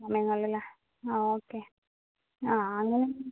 സമയങ്ങളിലല്ലേ ആ ഓക്കെ ആ അങ്ങനെ